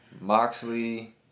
Moxley